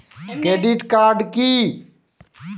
Credit card কি?